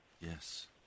Yes